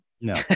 No